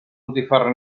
botifarra